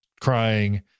crying